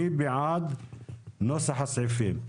מי בעד נוסח הסעיפים?